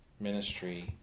ministry